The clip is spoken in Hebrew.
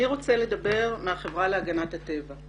מי רוצה לדבר מהחברה להגנת הטבע?